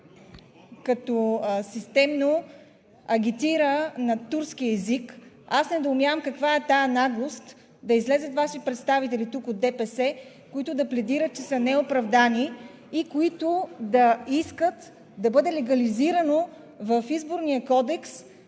като системно агитира на турски език, недоумявам каква е тази наглост да излязат Ваши представители тук от ДПС, които да пледират, че са неоправдани и които да искат да бъде легализирано в Изборния кодекс